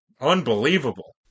Unbelievable